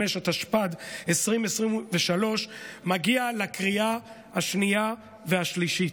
25), התשפ"ד 2023, מגיע לקריאה השנייה והשלישית.